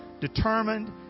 determined